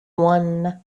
won